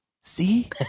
See